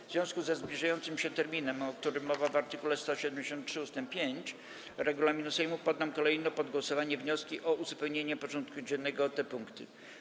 W związku ze zbliżaniem się terminu, o którym mowa w art. 173 ust. 5 regulaminu Sejmu, poddam kolejno pod głosowanie wnioski o uzupełnienie porządku dziennego o te punkty.